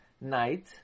night